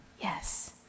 Yes